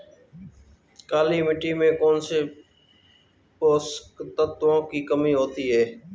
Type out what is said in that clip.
काली मिट्टी में कौनसे पोषक तत्वों की कमी होती है?